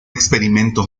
experimento